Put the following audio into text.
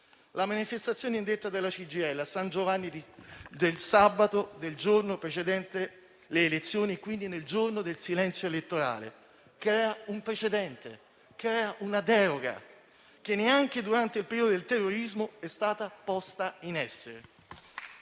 La manifestazione indetta dalla CGIL a San Giovanni nel sabato precedente le elezioni, quindi nel giorno del silenzio elettorale, crea un precedente, una deroga che neanche durante il periodo del terrorismo è stata posta in essere.